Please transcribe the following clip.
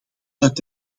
uit